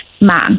man